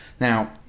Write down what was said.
Now